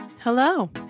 Hello